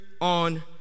on